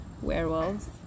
werewolves